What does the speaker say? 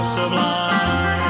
sublime